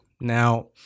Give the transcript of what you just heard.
Now